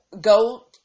go